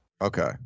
Okay